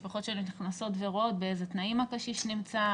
משפחות שנכנסות ורואות באיזה תנאים הקשיש נמצא,